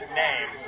name